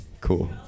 Cool